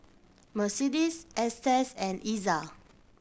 Mercedes Estes and Iza